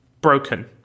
broken